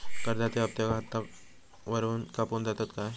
कर्जाचे हप्ते खातावरून कापून जातत काय?